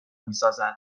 میسازد